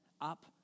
up